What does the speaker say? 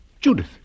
Judith